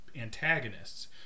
antagonists